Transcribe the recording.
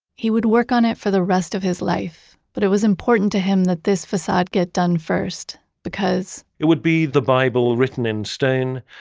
he would work on it for the rest of his life but it was important to him that this facade get done first, because it would be the bible written in stone,